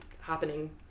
happening